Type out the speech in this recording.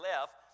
left